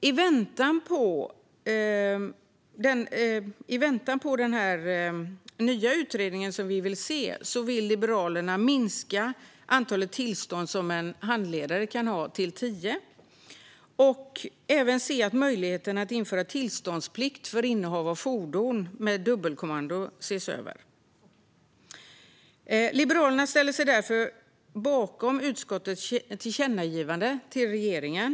I väntan på den nya utredning som vi vill se vill Liberalerna minska antalet tillstånd som en handledare kan ha till tio. Vi vill även se över möjligheterna att införa tillståndsplikt för innehav av fordon med dubbelkommando. Liberalerna ställer sig därför bakom utskottets tillkännagivande till regeringen.